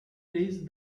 reached